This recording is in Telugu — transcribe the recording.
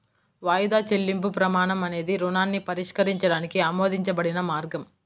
వాయిదా చెల్లింపు ప్రమాణం అనేది రుణాన్ని పరిష్కరించడానికి ఆమోదించబడిన మార్గం